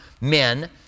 men